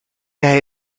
jij